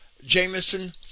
Jameson